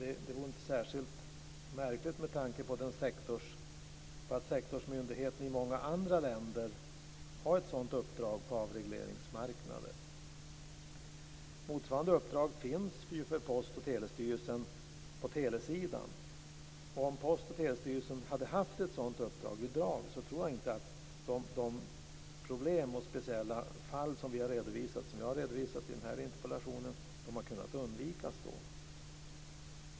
Detta vore inte särskilt märkligt med tanke på att sektorsmyndigheten i många andra länder har ett sådant uppdrag på avregleringsmarknader. Motsvarande uppdrag finns för Post och telestyrelsen på telesidan. Om Post och telestyrelsen hade haft ett sådant uppdrag i dag tror jag att de problem och speciella fall som jag har redovisat i interpellationen hade kunnat undvikas.